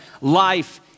Life